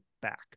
back